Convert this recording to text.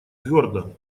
твердо